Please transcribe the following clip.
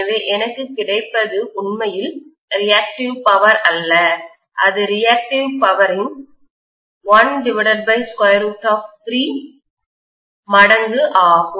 எனவே எனக்கு கிடைப்பது உண்மையில் ரியாக்டிவ் பவர் அல்ல இது ரியாக்டிவ் பவரின் 13 மடங்கு ஆகும்